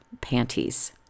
panties